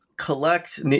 collect